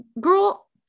girl